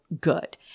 good